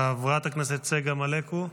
חברת הכנסת צגה מלקו,